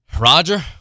Roger